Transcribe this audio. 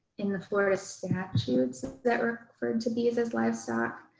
in the florida statutes that refer to bees as livestock.